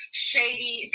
shady